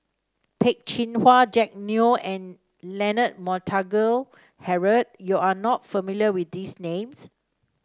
Peh Chin Hua Jack Neo and Leonard Montague Harrod you are not familiar with these names